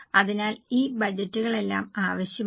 അതിനാൽ ഈ ബജറ്റുകളെല്ലാം ആവശ്യമാണ്